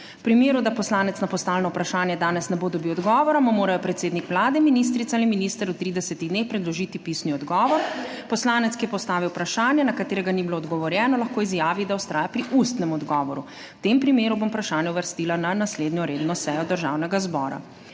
V primeru, da poslanec na postavljeno vprašanje danes ne bo dobil odgovora, mu morajo predsednik Vlade, ministrica ali minister v 30 dneh predložiti pisni odgovor. Poslanec, ki je postavil vprašanje, na katerega ni bilo odgovorjeno, lahko izjavi, da vztraja pri ustnem odgovoru. V tem primeru bom vprašanje uvrstila na naslednjo redno sejo Državnega zbora.